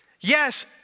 Yes